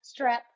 strep